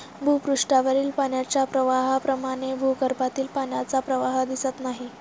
भूपृष्ठावरील पाण्याच्या प्रवाहाप्रमाणे भूगर्भातील पाण्याचा प्रवाह दिसत नाही